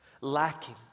lacking